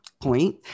point